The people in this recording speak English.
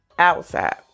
outside